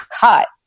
cut